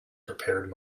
prepared